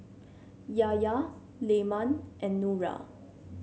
Yahya Leman and Nura